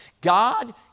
God